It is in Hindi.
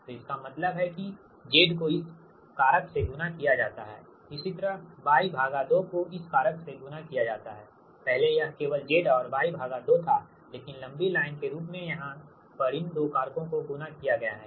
तो इसका मतलब है कि Z को इस कारक से गुणा किया जाता है इसी तरह Y2 को इस कारक से गुणा किया जाता है पहले यह केवल Z और Y 2 था लेकिन लंबी लाइन के रूप में यहाँ पर इन 2 कारकों को गुणा किया गया है